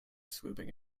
swooping